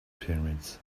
pyramids